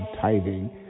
tithing